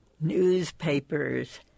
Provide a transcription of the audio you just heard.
newspapers